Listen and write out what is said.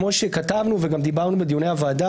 אנחנו היום בדיון לקראת